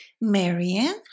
Marianne